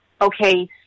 okay